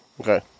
Okay